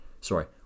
sorry